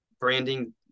branding